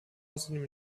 außerdem